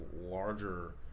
larger